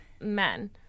men